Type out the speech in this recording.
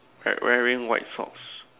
red wearing white socks